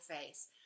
face